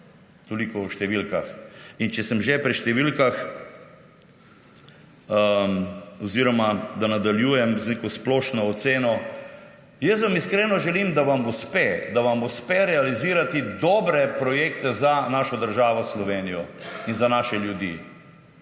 Toliko o številkah. In če sem že pri številkah oziroma da nadaljujem z neko splošno oceno. Jaz vam iskreno želim, da vam uspe, da vam uspe realizirati dobre projekte za našo državo Slovenijo in za naše ljudi.